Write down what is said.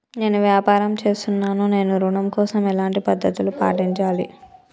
నేను వ్యాపారం చేస్తున్నాను నేను ఋణం కోసం ఎలాంటి పద్దతులు పాటించాలి?